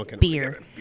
beer